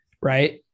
right